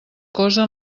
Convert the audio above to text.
cosa